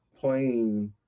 playing